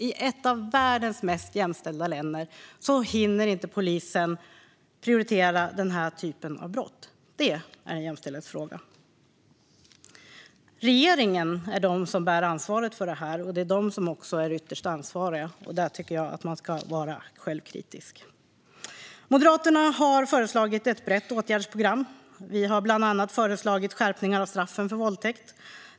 I ett av världens mest jämställda länder hinner inte polisen prioritera den här typen av brott. Det är en jämställdhetsfråga. Det är regeringen som bär ansvaret för detta, och det är den som är ytterst ansvarig. Där tycker jag att man ska vara självkritisk. Moderaterna har föreslagit ett brett åtgärdsprogram. Vi har bland annat föreslagit en skärpning av straffen för våldtäkt.